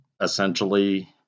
essentially